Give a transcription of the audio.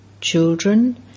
Children